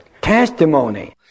Testimony